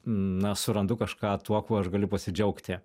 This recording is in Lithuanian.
na surandu kažką tuo kuo aš galiu pasidžiaugti